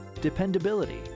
dependability